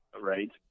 right